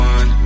One